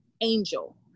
angel